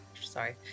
sorry